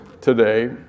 today